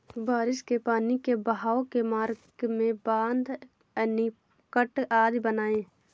बारिश के पानी के बहाव के मार्ग में बाँध, एनीकट आदि बनाए